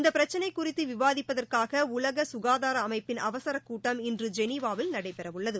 இந்த பிரச்சினை குறித்து விவாதிப்பதற்காக உலக ககாதார அமைப்பின் அவசரக் கூட்டம் இன்று ஜெனீவாவில் நடைபெறவுள்ளது